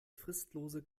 fristlose